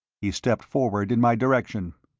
he stepped forward in my direction.